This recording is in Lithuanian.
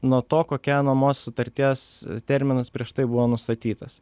nuo to kokia nuomos sutarties terminas prieš tai buvo nustatytas